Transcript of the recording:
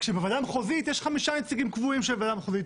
כשבוועדה המחוזית יש חמישה נציגים קבועים של הוועדה המחוזית.